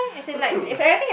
so cute